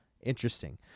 interesting